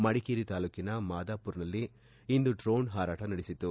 ಮಡಿಕೇರಿ ತಾಲೂಕಿನ ಮಾದಪುರ್ನಲ್ಲಿ ಇಂದು ಡ್ರೊನ್ ಹಾರಾಟ ನಡೆಸಿತು